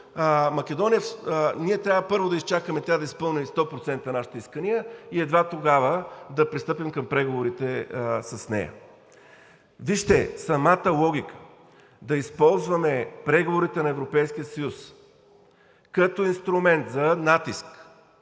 ние трябва да изчакаме Македония да изпълни 100% нашите искания и едва тогава да пристъпим към преговорите с нея.“ Вижте, самата логика да използваме преговорите на Европейския съюз като инструмент за натиск